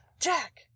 Jack